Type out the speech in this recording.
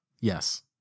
yes